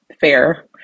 fair